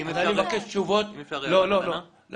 אני מבקש תשובות לדיון.